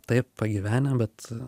taip pagyvenę bet